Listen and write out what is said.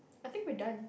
I think we're done